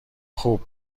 خوب